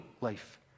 life